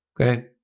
Okay